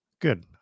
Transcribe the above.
Good